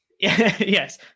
Yes